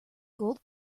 gold